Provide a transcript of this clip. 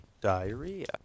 diarrhea